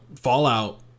Fallout